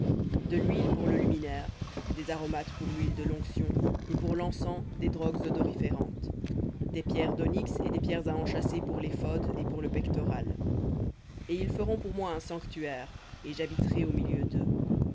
de l'huile pour le luminaire et des aromates pour l'huile de l'onction et pour l'encens des drogues odoriférantes et des pierres d'onyx et des pierres à enchâsser pour l'éphod et pour le pectoral et que tous